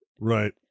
Right